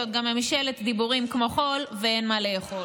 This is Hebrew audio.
זאת גם ממשלת דיבורים כמו חול ואין מה לאכול.